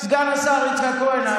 סגן השר יצחק כהן,